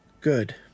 Good